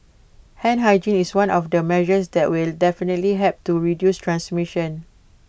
hand hygiene is one of the measures that will definitely help to reduce transmission